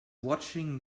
watching